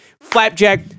Flapjack